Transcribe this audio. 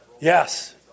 Yes